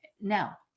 now